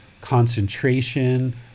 concentration